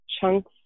chunks